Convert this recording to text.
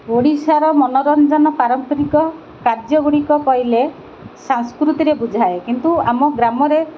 ଓଡ଼ିଶାର ମନୋରଞ୍ଜନ ପାରମ୍ପରିକ କାର୍ଯ୍ୟ ଗୁଡ଼ିକ କହିଲେ ସାଂସ୍କୃତିରେ ବୁଝାଏ କିନ୍ତୁ ଆମ ଗ୍ରାମରେ